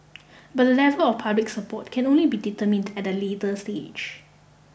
but the level of public support can only be determined at a later stage